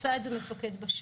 עשה את זה מפקד בשטח.